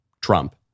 Trump